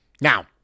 Now